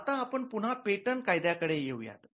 आता आपण पुन्हा पेटंट कायद्या कडे येऊ यात